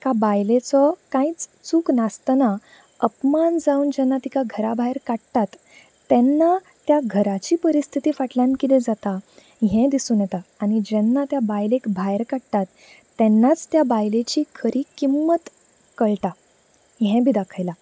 एका बायलेचो कांयच चूक नासताना अपमान जावन जेन्ना तिका घरा भायर काडटा तेन्ना त्या घराची परिस्थिती फाटल्यान किदें जाता ह्यें दिसून येता आनी जेन्ना त्या बायलेक भायर काडटात तेन्नाच त्या बायलेची खरी किम्मत कळटा ह्यें बी दाखयला